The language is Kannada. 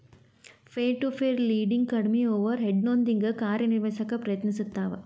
ಪೇರ್ ಟು ಪೇರ್ ಲೆಂಡಿಂಗ್ ಕಡ್ಮಿ ಓವರ್ ಹೆಡ್ನೊಂದಿಗಿ ಕಾರ್ಯನಿರ್ವಹಿಸಕ ಪ್ರಯತ್ನಿಸ್ತವ